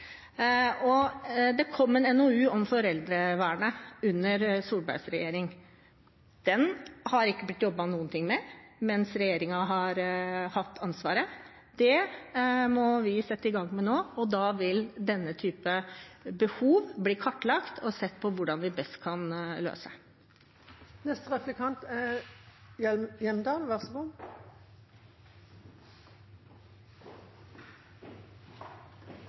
Det kom en NOU om foreldrevernet under Solbergs regjering. Den ble det ikke jobbet noe med mens den regjeringen hadde ansvaret. Det må vi sette i gang med nå, og da vil denne typen behov bli kartlagt, og det vil bli sett på hvordan de best kan